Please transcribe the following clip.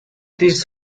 this